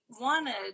wanted